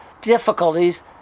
difficulties